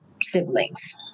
siblings